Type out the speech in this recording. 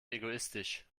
egoistisch